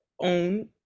own